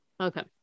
okay